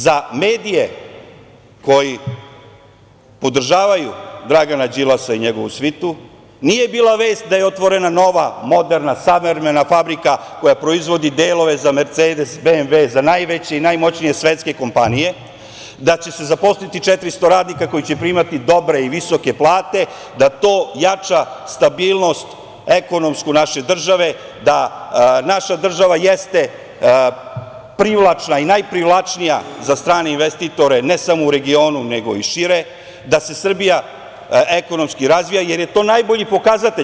Za medije koji podržavaju Dragana Đilasa i njegovu svitu nije bila vest da je otvorena nova, moderna, savremena fabrika koja proizvodi delove za Mercedes, BMV, za najveće i najmoćnije svetske kompanije, da će se zaposliti 400 radnika, koji će primati dobre i visoke plate, da to jača stabilnost ekonomsku naše države, da naša država jeste privlačna i najprivlačnija za strane investitore, ne samo u regionu nego i šire, da se Srbija ekonomski razvija, jer je to najbolji pokazatelj.